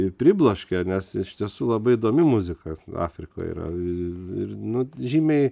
pribloškė nes iš tiesų labai įdomi muzika afrikoje yra ir nu žymiai